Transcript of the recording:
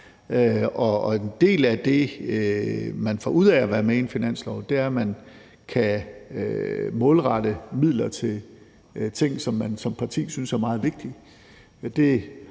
en del af det, man får ud af at være med i en finanslov, er, at man kan målrette midler til ting, som man som parti synes er meget vigtige.